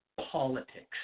politics